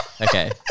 okay